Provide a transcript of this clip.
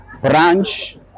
branch